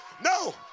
No